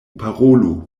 parolu